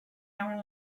our